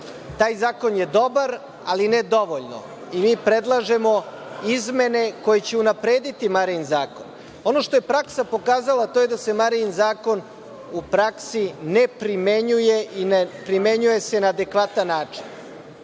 Taj zakon je dobar, ali ne dovoljno. Predlažemo izmene koje će unaprediti Marijin zakon. Ono što je praksa pokazala je da se Marijin zakon u praksi ne primenjuje ili se ne primenjuje na adekvatan